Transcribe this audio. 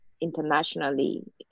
internationally